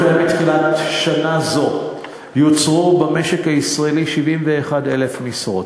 החל מתחילת שנה זו יוצרו במשק הישראלי 71,000 משרות.